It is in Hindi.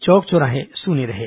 चौक चौराहें सूने रहें